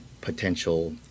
potential